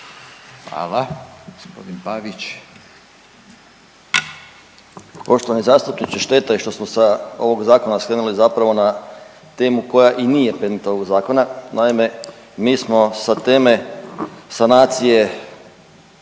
Hvala. Gospodin Pavić.